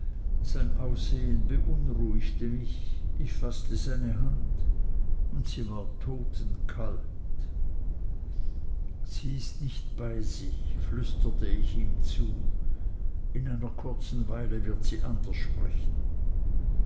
aussehen beunruhigte mich ich faßte seine hand und sie war totenkalt sie ist nicht bei sich flüsterte ich ihm zu in einer kurzen weile wird sie anders sprechen